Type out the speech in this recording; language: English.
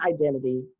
identity